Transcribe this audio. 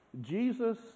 Jesus